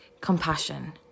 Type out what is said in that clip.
compassion